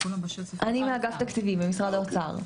דנה דובר, מאגף תקציבים במשרד האוצר.